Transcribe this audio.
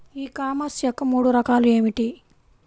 E commerce యొక్క మూడు రకాలు ఏమిటి?